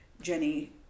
Jenny